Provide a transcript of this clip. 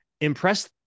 impress